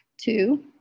Two